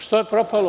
Što je sve propalo?